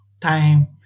time